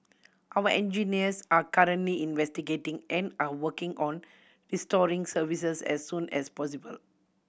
our engineers are currently investigating and are working on restoring services as soon as possible